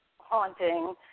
haunting